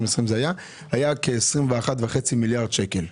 היה כ-21.5 מיליארד שקל.